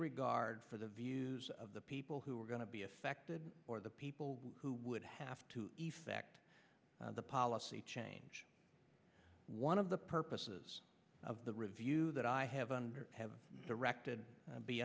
regard for the views of the people who were going to be affected or the people who would have to effect the policy change one of the purposes of the review that i have under have directed